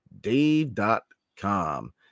Dave.com